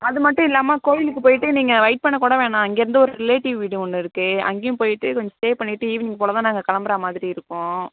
அது மட்டும் இல்லாமல் கோயிலுக்கு போய்ட்டு நீங்கள் வெயிட் பண்ண கூட வேணாம் அங்கேயிருந்து ஒரு ரிலேட்டிவ் வீடு ஒன்று இருக்குது அங்கேயும் போய்ட்டு கொஞ் ஸ்டே பண்ணிட்டு ஈவினிங் போல் தான் நாங்கள் கிளம்பற மாதிரி இருக்கும்